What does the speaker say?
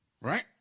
Right